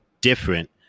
different